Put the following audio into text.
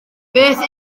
beth